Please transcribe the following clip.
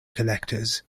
collectors